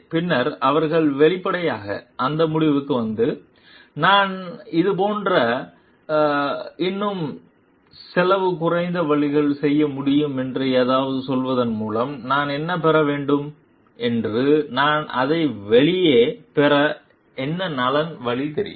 பின்னர் அவர்கள் வெளிப்படையாக அந்த முடிவுக்கு வந்து நான் இந்த போன்ற நீங்கள் இந்த போன்ற ஒரு இன்னும் செலவு குறைந்த வழியில் செய்ய முடியும் என்று ஏதாவது சொல்வதன் மூலம் நான் என்ன பெற வேண்டும் என்று நான் அதை வெளியே பெற என்ன நல்ல வழி தெரியும்